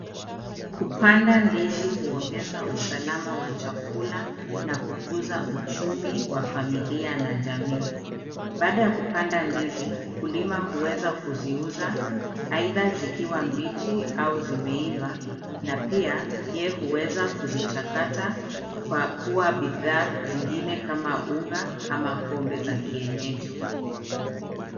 Kupanda ndizi huongeza usalama wa chakula na kukuza uchumi wa familia na jamii, baada ya kupanda ndizi mkulima huweza kuziuza either zikiwa mbichi au zimeiva na pia yeye huweza kuzichakata kuwa bidhaa zingine kama unga ama pombe za kienyeji.